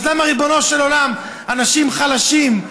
אז למה ריבונו של עולם אנשים חלשים,